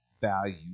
value